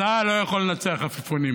צה"ל לא יכול לנצח עפיפונים.